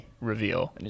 reveal